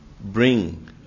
bring